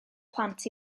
plant